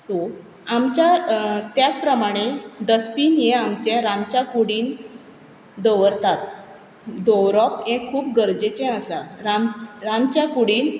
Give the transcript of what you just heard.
so आमच्या त्याच प्रमाणें डस्टबीन हें आमचें रांदच्या कुडींत दवरतात दवरप हें खूब गरजेचें आसा रांदच्या कुडींत